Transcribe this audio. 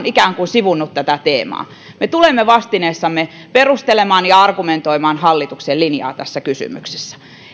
ikään kuin sivunnut tätä teemaa me tulemme vastineessamme perustelemaan ja argumentoimaan hallituksen linjaa tässä kysymyksessä